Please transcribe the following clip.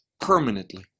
permanently